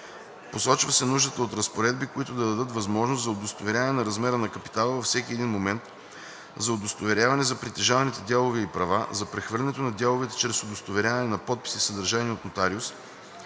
Посочва се нуждата от разпоредби, които да дадат възможност за удостоверяване на размера на капитала във всеки един момент, за удостоверяване за притежаваните дялове и права, за прехвърлянето на дяловете чрез удостоверяване на подпис и съдържание от нотариус,